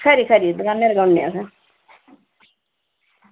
खरी खरी दुकानै र गै होने